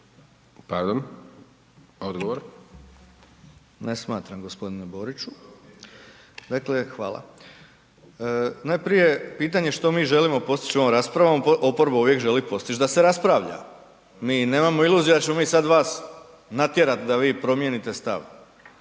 Arsen (SDP)** Ne smatram gospodine Boriću. Dakle, hvala. Najprije pitanje što mi želimo postići ovom raspravom, oporba uvijek želi postići da se rasprava. mi nemamo iluzija da ćemo sad vas natjerati da vi promijenite stav.